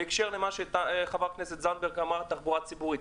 בהקשר למה שחברת הכנסת זנדברג אמרה על תחבורה ציבורית.